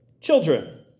Children